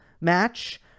match